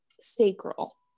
sacral